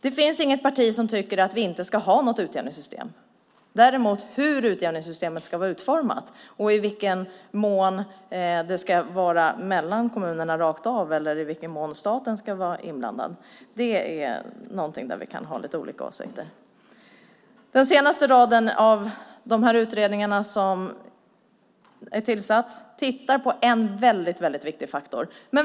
Det finns inget parti som tycker att vi inte ska ha något utjämningssystem. Däremot är frågan hur systemet ska vara utformat, i vilken mån det ska vara mellan kommunerna rakt av eller i vilken mån staten ska vara inblandad i någonting där vi kan ha lite olika åsikter. Den senaste i raden av de utredningar som är tillsatta tittar på en viktig faktor.